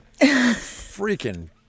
Freaking